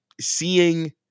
seeing